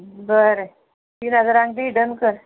बरें तीन हजारांक दी डन कर